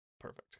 perfect